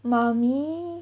妈咪